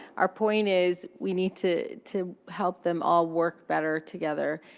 our point is we need to to help them all work better together.